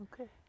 Okay